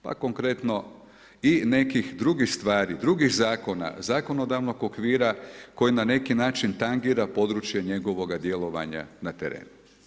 Pa konkretno i nekih drugih stvari, drugih zakona, zakonodavnog okvira, koji na neki način tangira područje njegovog djelovanja na terenu.